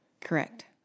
Correct